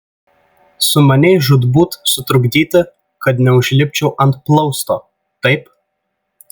sumanei žūtbūt sutrukdyti kad neužlipčiau ant plausto taip